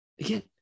Again